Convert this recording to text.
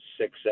six